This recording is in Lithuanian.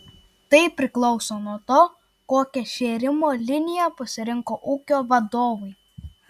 tai priklauso nuo to kokią šėrimo liniją pasirinko ūkio vadovai